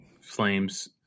Flames